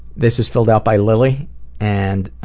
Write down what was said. this is filled out by lilly and